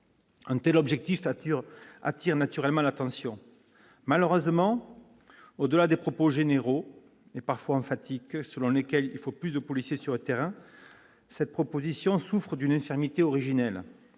Un tel objectif appelle naturellement l'attention. Malheureusement, au-delà des propos généraux, et parfois emphatiques, selon lesquels il faut plus de policiers sur le terrain, cette proposition souffre d'une infirmité originelle